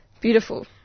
Beautiful